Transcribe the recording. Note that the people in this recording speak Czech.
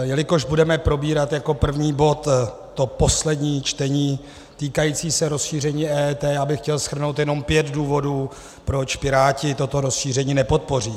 Jelikož budeme probírat jako první bod poslední čtení týkající se rozšíření EET, chtěl bych shrnout jenom pět důvodů, proč Piráti toto rozšíření nepodpoří.